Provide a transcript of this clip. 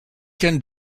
can